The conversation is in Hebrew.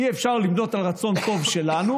אי-אפשר לבנות על רצון טוב שלנו